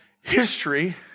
History